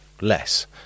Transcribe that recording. less